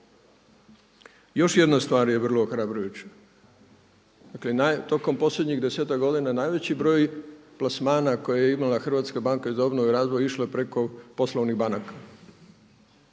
Još jedna stvar je vrlo ohrabrujuća. Dakle tokom posljednjih 10-ak godina najveći broj plasmana koje je imala Hrvatska banka za obnovu i razvoj išlo je preko poslovnih banaka.